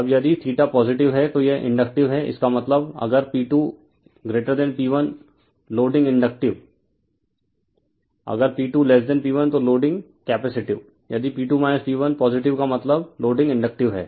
अब यदि पॉजिटिव है तो यह इंडक्टिव है इसका मतलब है अगर P2P1 लोडिंग इंडक्टिव अगर P2P1 लोडिंग कैपेसिटिव यदि P2 P1 पॉजिटिव का मतलब लोडिंग इंडक्टिव है